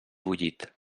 bullit